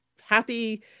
happy